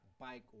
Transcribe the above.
bike